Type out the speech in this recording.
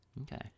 Okay